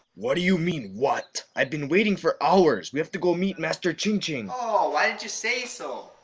what do you mean, what? i've been waiting for hours. we have to go meet master ching ching. oh, why didn't you say so?